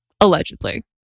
Allegedly